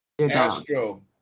Astro